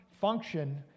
function